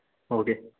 okay